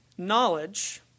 Knowledge